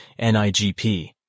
NIGP